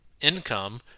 income